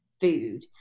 food